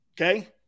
Okay